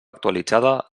actualitzada